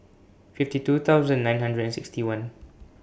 fifty two thousand nine hundred and sixty one